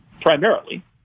primarily